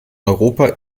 europa